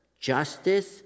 justice